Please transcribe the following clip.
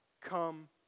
come